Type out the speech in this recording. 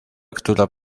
która